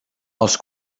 els